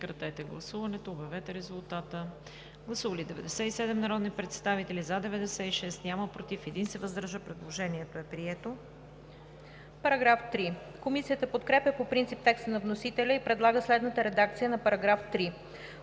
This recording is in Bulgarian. закона“. Комисията подкрепя по принцип текста на вносителя и предлага следната редакция за § 9,